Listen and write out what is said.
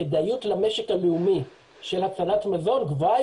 הכדאיות למשק הלאומי של הצלת מזון גבוהה